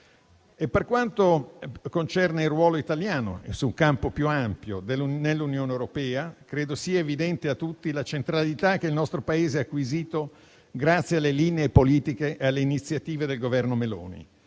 Per quanto concerne il ruolo italiano su un campo più ampio nell'Unione europea, credo sia evidente a tutti la centralità che il nostro Paese ha acquisito grazie alle linee politiche e alle iniziative del Governo Meloni.